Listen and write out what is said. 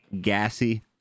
gassy